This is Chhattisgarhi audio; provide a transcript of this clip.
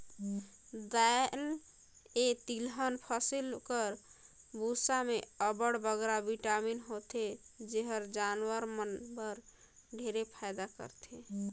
दाएल अए तिलहन फसिल कर बूसा में अब्बड़ बगरा बिटामिन होथे जेहर जानवर मन बर ढेरे फएदा करथे